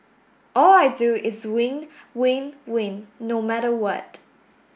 all I do is win win win no matter what